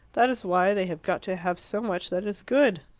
that is why they have got to have so much that is good.